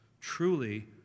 Truly